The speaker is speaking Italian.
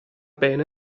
bene